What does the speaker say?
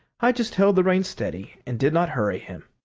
i just held the rein steady and did not hurry him,